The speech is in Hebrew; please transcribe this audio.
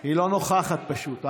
היא לא נוכחת, פשוט.